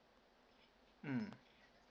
mm